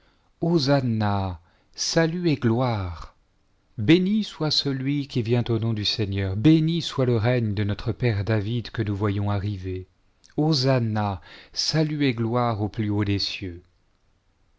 salût et gloire béni soit celui qui vient au nom du seigneur béni soit le règne de notre père david que nous voyons arriver hosanna salut et gloire au plus haut des cieux